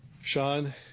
Sean